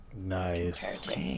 Nice